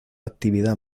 actividad